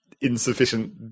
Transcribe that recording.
insufficient